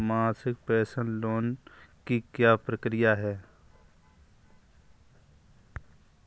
मासिक पेंशन लेने की क्या प्रक्रिया है?